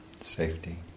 safety